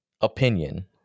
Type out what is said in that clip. opinion